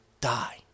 die